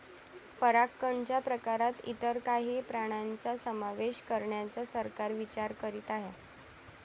परागकणच्या प्रकारात इतर काही प्राण्यांचा समावेश करण्याचा सरकार विचार करीत आहे